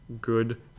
good